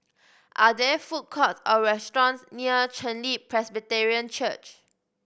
are there food courts or restaurants near Chen Li Presbyterian Church